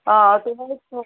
आं तुसें ई